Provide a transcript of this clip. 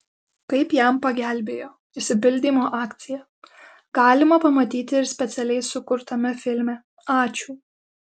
kaip jam pagelbėjo išsipildymo akcija galima pamatyti ir specialiai sukurtame filme ačiū